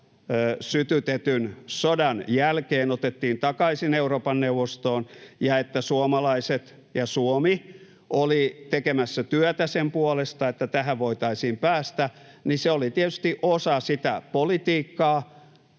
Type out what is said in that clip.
sytytetyn sodan jälkeen takaisin Euroopan neuvostoon ja että suomalaiset ja Suomi olivat tekemässä työtä sen puolesta, että tähän voitaisiin päästä, oli tietysti osa sitä politiikkaa,